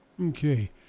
Okay